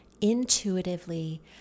intuitively